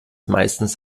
meistens